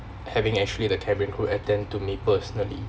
having actually the cabin crew attend to me personally